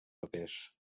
papers